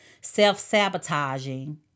self-sabotaging